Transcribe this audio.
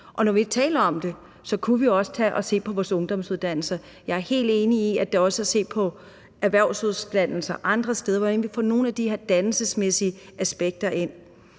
når vi taler om det, kunne vi også tage og se på vores ungdomsuddannelser. Jeg er helt enig i, at vi også skal se på erhvervsuddannelser og andre steder, altså hvordan vi kan få nogle af de her dannelsesmæssige aspekter ind.